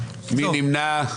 מי נמנע?